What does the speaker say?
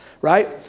Right